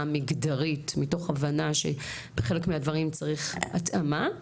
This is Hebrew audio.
המגדרית מתוך הבנה שבחלק מהדברים צריך התאמה.